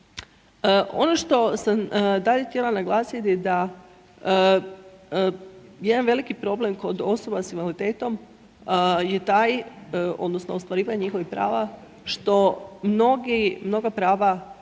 Ono što sam dalje htjela naglasiti da jedan veliki problem kod osoba s invaliditetom je taj odnosno ostvarivanje njihovih prava što mnogi, mnoga prava